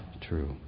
true